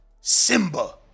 simba